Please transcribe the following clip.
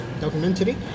documentary